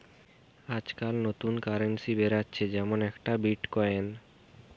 আজকাল নতুন কারেন্সি বেরাচ্ছে যেমন একটা বিটকয়েন